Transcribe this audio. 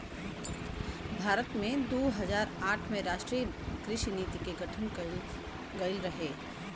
भारत में दू हज़ार आठ में राष्ट्रीय कृषि नीति के गठन कइल गइल रहे